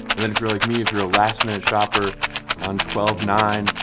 and then if you're like me if you're a last-minute shopper on twelve nine,